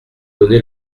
donné